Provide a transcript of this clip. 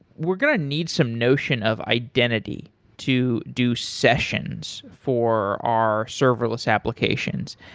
we're going to need some notion of identity to do sessions for our serverless applications.